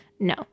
No